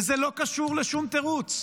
וזה לא קשור לשום תירוץ.